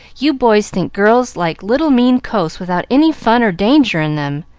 you boys think girls like little mean coasts without any fun or danger in them,